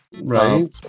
Right